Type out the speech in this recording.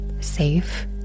safe